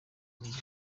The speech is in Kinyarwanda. zunze